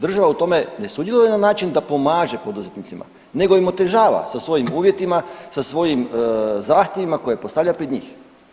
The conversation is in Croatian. Država u tome ne sudjeluje na način da pomaže poduzetnicima, nego im otežava sa svojim uvjetima, sa svojim zahtjevima koje postavlja pred njih.